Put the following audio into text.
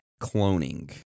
cloning